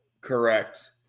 correct